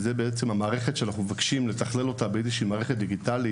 ואנחנו מבקשים להתחיל את זה במערכת דיגיטלית,